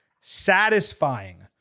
satisfying